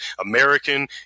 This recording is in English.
American